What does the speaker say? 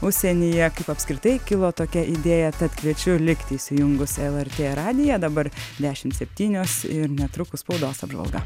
užsienyje kaip apskritai kilo tokia idėja tad kviečiu likti įsijungus lrt radiją dabar dešimt septynios ir netrukus spaudos apžvalga